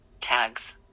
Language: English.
Tags